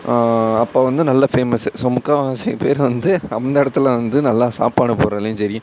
அப்போ வந்து நல்ல ஃபேமஸ்ஸு ஸோ முக்கால்வாசி பேர் வந்து அந்த இடத்துல வந்து நல்லா சாப்பாடு போடுறதுலையும் சரி